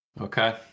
Okay